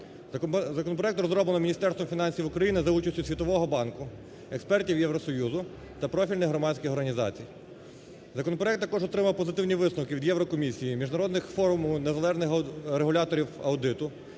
Законопроект розроблено Міністерством фінансів України за участю Світового банку, експертів Євросоюзу та профільних громадських організацій. Законопроект також отримав позитивні висновки від Єврокомісії, Міжнародного форуму незалежних регуляторів аудиту,